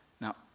Now